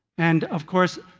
and of course,